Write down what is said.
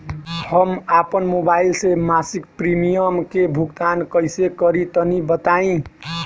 हम आपन मोबाइल से मासिक प्रीमियम के भुगतान कइसे करि तनि बताई?